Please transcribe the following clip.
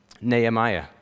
Nehemiah